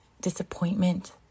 disappointment